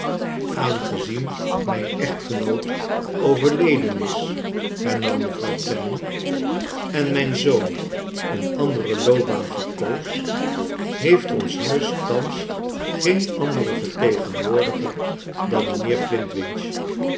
aangezien mijn echtgenoot overleden is hernam mevrouw clennam en mijn zoon een andere loopbaan verkoos heeft ons huis thans geen anderen vertegenwoordiger dan mijnheer